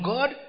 God